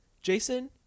jason